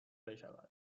بشود